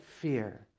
fear